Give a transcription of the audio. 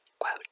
Quote